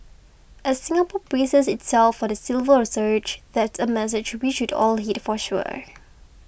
as Singapore braces itself for the silver surge that's a message we should all heed for sure